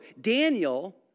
Daniel